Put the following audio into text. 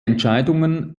entscheidungen